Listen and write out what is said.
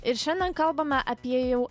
ir šiandien kalbame apie jau